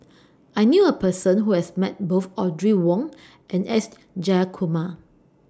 I knew A Person Who has Met Both Audrey Wong and S Jayakumar